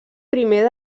primer